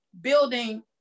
building